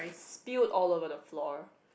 stilt all over the floor